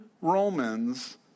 Romans